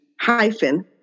hyphen